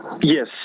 Yes